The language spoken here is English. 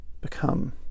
become